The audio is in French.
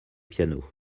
piano